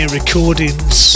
Recordings